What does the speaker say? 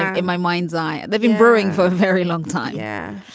in my mind's eye, they've been brewing for a very long time yeah